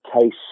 case